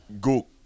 Google